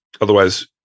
otherwise